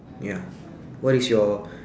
ya what is your